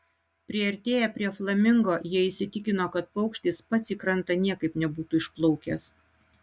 priartėję prie flamingo jie įsitikino kad paukštis pats į krantą niekaip nebūtų išplaukęs